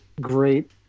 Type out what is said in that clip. great